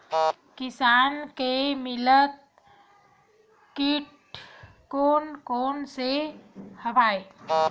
किसान के मितान कीट कोन कोन से हवय?